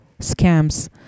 scams